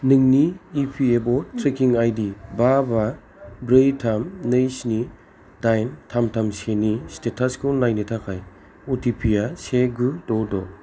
नोंनि इपिएफअ tracking ID बा बा ब्रै थाम नै स्नि दाइन थाम थाम से नि स्टेटासखौ नायनो थाखाय अटिपिआ से गु द' द'